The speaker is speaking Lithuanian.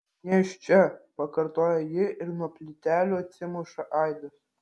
nėščia pakartoja ji ir nuo plytelių atsimuša aidas